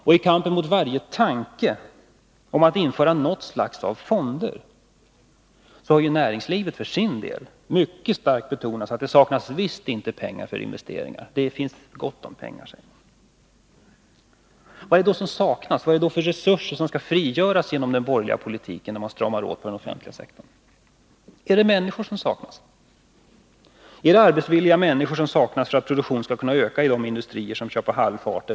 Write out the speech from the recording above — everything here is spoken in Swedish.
Och i kampen mot varje tanke på ett införande av något slags fonder har näringslivet för sin del mycket starkt betonat att det visst inte saknas pengar för investeringar. Det finns gott om pengar, säger näringslivets företrädare. Vad är det då som saknas? Vad är det för resurser som skall frigöras genom den borgerliga politiken att strama åt den offentliga sektorn? Är det människor? Är det arbetsvilliga människor som saknas för att produktionen skall kunna öka i de industrier som kör på halvfart?